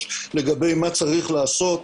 לגבי מה צריך לעשות,